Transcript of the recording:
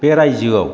बे रायजोआव